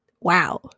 Wow